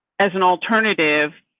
as an alternative,